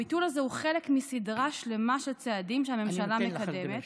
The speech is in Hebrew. הביטול הזה הוא חלק מסדרה שלמה של צעדים שהממשלה מקדמת.